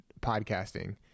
podcasting